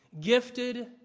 gifted